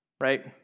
right